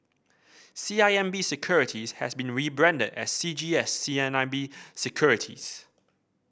C I M B Securities has been rebranded as C G S C I M B Securities